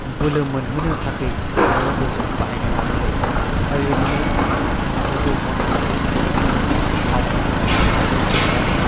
बोलो मोनहोनो थाखाय जानायावबो जों बाहायनो हानाय जायो दा बिबादिनो आंबो बे अमा बेदरखौ बेबादिनो सावनानै हांनानै एवनानै